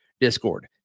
Discord